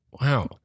Wow